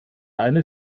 eine